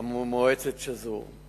מועצת סאג'ור.